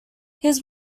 his